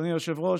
אדוני היושב-ראש,